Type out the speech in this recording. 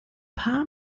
paar